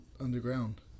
underground